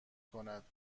کند